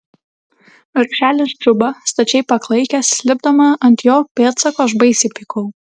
vargšelis džuba stačiai paklaikęs lipdama ant jo pėdsako aš baisiai pykau